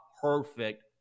perfect